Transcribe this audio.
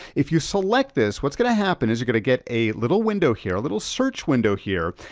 if you select this, what's gonna happen is you're gonna get a little window here, a little search window here.